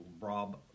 Rob